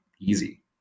easy